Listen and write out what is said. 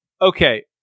Okay